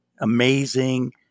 amazing